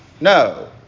No